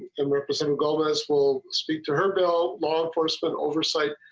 and were but some gold us we'll speak to her bill law enforcement oversight.